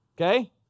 okay